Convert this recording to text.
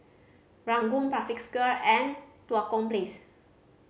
Ranggung Parkview Square and Tua Kong Place